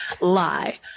Lie